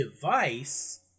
device